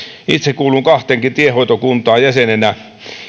itse kuulun kahteenkin tienhoitokuntaan jäsenenä